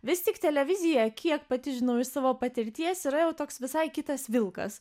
vis tik televizija kiek pati žinau iš savo patirties yra jau toks visai kitas vilkas